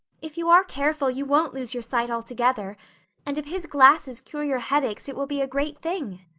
if you are careful you won't lose your sight altogether and if his glasses cure your headaches it will be a great thing.